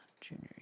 junior